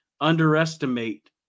underestimate